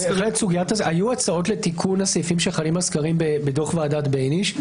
היו הצעות לתיקון הסעיפים שחלים על סקרים בדוח ועדת בייניש.